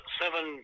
seven